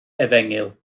efengyl